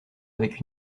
avec